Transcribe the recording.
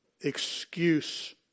excuse